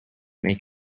make